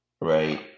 Right